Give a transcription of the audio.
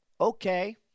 Okay